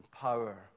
power